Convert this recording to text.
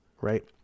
Right